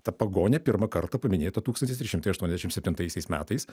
ta pagonė pirmą kartą paminėta tūkstantis trys šimtai aštuoniasdešimt septintaisiais metais